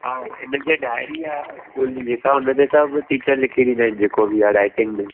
हा हिन खे डायरी आहे स्कूल जी जेका उन ते सभु टीचर लिखी ॾींदा आहिनि जेको बि आहे राइटिंग में